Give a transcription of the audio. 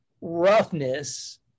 roughness